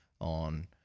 on